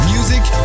Music